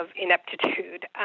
ineptitude